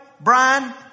Brian